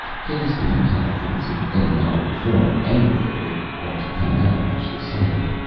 cast an intelligence in any outward form, anywhere, it ought to come out much the same.